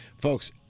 Folks